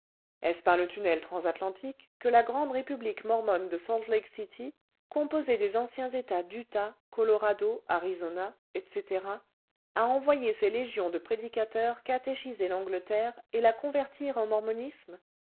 est-ce par le tunnel transatlantique que la grande république mormone desalfc lake city composée des anciens etats d'utak colorado arizona etc a envoyé ses légions de prédicateurs catéchiser l'angleterre et la convertir au